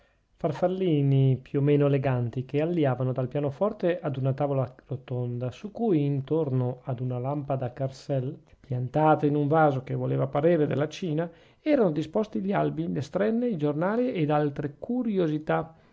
castelnuovo farfallini più o meno eleganti che aliavano dal pianoforte ad una tavola rotonda su cui intorno ad una lampada carcel piantata in un vaso che voleva parere della cina erano disposti gli albi le strenne i giornali ed altre curiosità